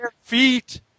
feet